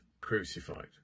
crucified